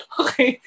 okay